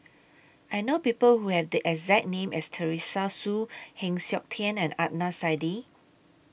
I know People Who Have The exact name as Teresa Hsu Heng Siok Tian and Adnan Saidi